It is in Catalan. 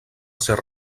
ser